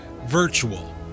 virtual